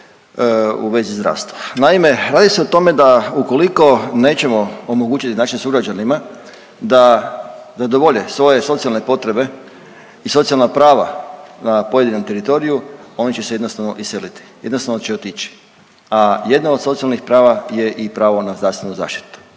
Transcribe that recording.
Naime, radi se o tome da ukoliko nećemo omogućiti našim sugrađanima da zadovolje svoje socijalne potrebe i socijalna prava na pojedinom teritoriju oni će se jednostavno iseliti, jednostavno će otići. A jedno od socijalnih prava je i pravo na zdravstvenu zaštitu